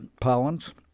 pollens